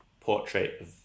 portrait